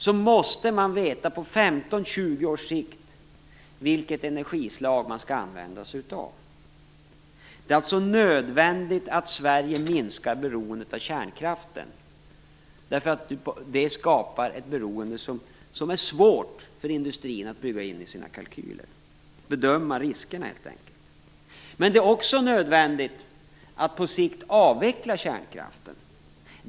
Man måste veta på 15-20 års sikt vilket energislag man skall använda sig av. Det är alltså nödvändigt att Sverige minskar beroendet av kärnkraften därför att det skapar ett beroende som är svårt för industrin att bygga in i sina kalkyler, det är helt enkelt svårt att bedöma riskerna. Det är också nödvändigt att på sikt avveckla kärnkraften.